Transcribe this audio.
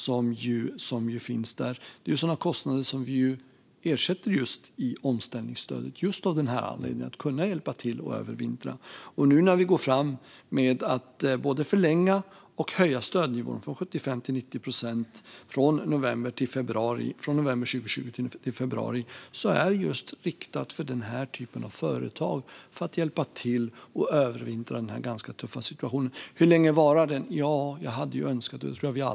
Vi ersätter sådana kostnader genom omställningsstödet för att kunna hjälpa företagen att övervintra. När vi nu går fram med att både förlänga detta och höja stödnivån från 75 till 90 procent från november 2020 till februari är det just riktat till den här typen av företag för att hjälpa till att övervintra denna ganska tuffa situation. Hur länge kommer då denna situation att vara?